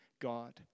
God